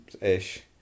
ish